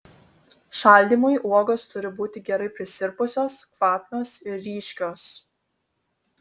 šaldymui uogos turi būti gerai prisirpusios kvapnios ir ryškios